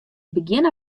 begjin